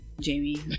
jamie